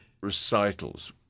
recitals